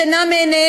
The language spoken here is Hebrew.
להדיר שינה מעיניהם,